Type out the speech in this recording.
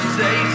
say